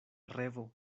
revo